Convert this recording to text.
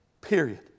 Period